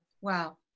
Wow